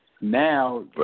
now